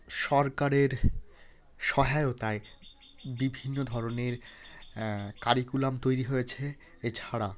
সরকারের সহায়তায় বিভিন্ন ধরনের কারিকুলাম তৈরি হয়েছে এছাড়া